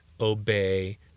obey